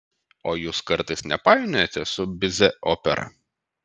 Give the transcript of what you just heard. o jūs kartais nepainiojate su bizė opera